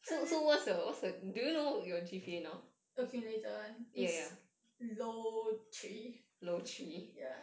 okay later is low three ya